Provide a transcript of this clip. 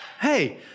hey